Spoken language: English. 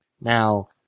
now